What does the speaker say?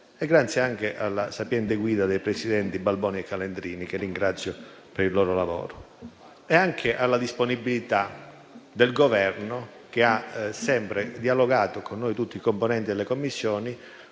nonché alla sapiente guida dei presidenti Balboni e Calandrini, che ringrazio per il loro lavoro, e alla disponibilità del Governo, che ha sempre dialogato con tutti i componenti delle Commissioni